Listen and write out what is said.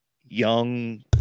young